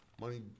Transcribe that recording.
money